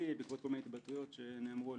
בעקבות כל מיני התבטאויות שנאמרו מראשיה,